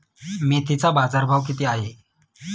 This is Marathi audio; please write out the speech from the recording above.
मेथीचा बाजारभाव किती आहे?